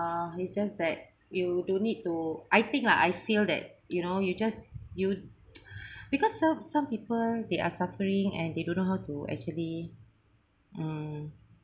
uh is just that you don't need to I think lah I feel that you know you just you because some some people they are suffering and they don't know how to actually mm